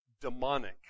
demonic